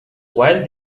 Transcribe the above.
while